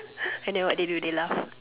and then what they do they laugh